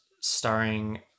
starring